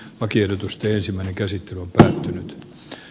lakiehdotusten ensimmäinen käsittely on päättynyt